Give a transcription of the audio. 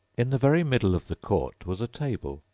in the very middle of the court was a table,